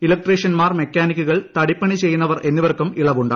ഇല്ക്ട്രീഷൻമാർ മെക്കാനിക്കുകൾ തടിപ്പണി ചെയ്യുന്നവർ എന്നിവർക്കും ഇളവുണ്ട്